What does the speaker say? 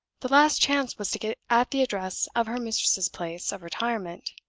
the last chance was to get at the address of her mistress's place of retirement.